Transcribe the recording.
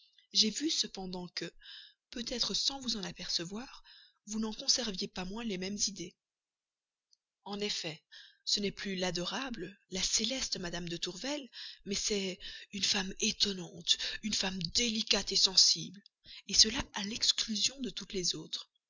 j'ai vu cependant que peut-être sans vous en apercevoir vous n'en conserviez pas moins les mêmes idées en effet ce n'est plus l'adorable la céleste mme de tourvel mais c'est une femme étonnante une femme délicate sensible cela à l'exclusion de toutes les autres